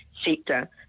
sector